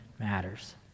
Matters